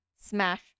Smash